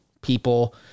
people